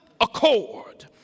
accord